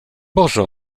boże